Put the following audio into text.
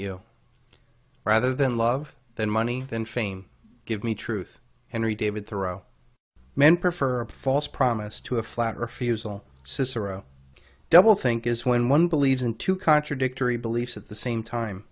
you rather than love than money than fame give me truth henry david thoreau men prefer a false promise to a flat refusal cicero double think is when one believes in two contradictory beliefs at the same time